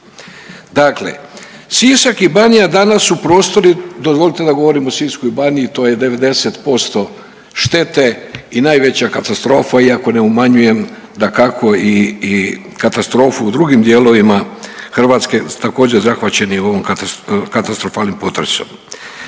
Dakle Sisak i Banija danas su prostori, dozvolite da govorim o Sisku i Baniji, to je 90% štete i najveća katastrofa iako ne umanjujem dakako i, i katastrofu u drugim dijelovima Hrvatske također zahvaćeni ovim katastrofalnim potresom.